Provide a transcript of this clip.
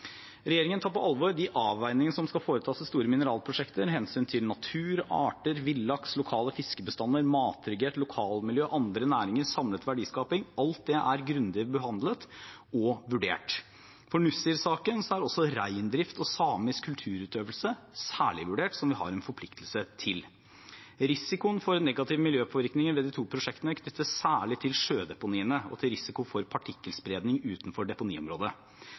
Regjeringen tar på alvor de avveiningene som skal foretas i store mineralprosjekter. Hensynet til natur, arter, villaks, lokale fiskebestander, mattrygghet, lokalmiljø, andre næringer og samlet verdiskaping – alt dette – er grundig behandlet og vurdert. For Nussir-saken er også reindrift og samisk kulturutøvelse særlig vurdert, som vi har en forpliktelse til. Risikoen for negative miljøpåvirkninger ved de to prosjektene knyttes særlig til sjødeponiene og til risiko for partikkelspredning utenfor deponiområdet.